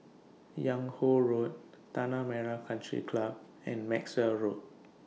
Yung Ho Road Tanah Merah Country Club and Maxwell Road